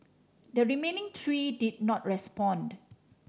the remaining three did not respond